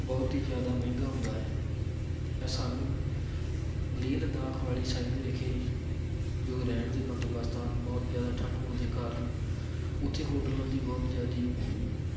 ਬਹੁਤ ਹੀ ਜ਼ਿਆਦਾ ਮਹਿੰਗਾ ਹੁੰਦਾ ਹੈ ਇਹ ਸਾਨੂੰ ਲੇਹ ਲਦਾਖ ਵਾਲੀ ਸਾਈਡ ਵਿਖੇ ਜੋ ਰਹਿਣ ਦੇ ਬੰਦੋਬਸਤ ਹਨ ਬਹੁਤ ਜ਼ਿਆਦਾ ਠੰਡ ਹੋਣ ਦੇ ਕਾਰਨ ਉੱਥੇ ਹੋਟਲਾਂ ਦੀ ਬਹੁਤ ਜ਼ਿਆਦੀ